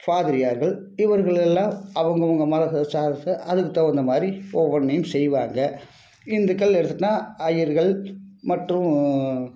ஃபாதிரியார்கள் இவர்களெல்லாம் அவங்கவங்க மதத்தை சார்ந்த அதுக்கு தகுந்த மாதிரி ஒவ்வொன்றையும் செய்வாங்க இந்துக்கள் எடுத்துகிட்டனா ஐயர்கள் மற்றும்